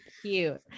cute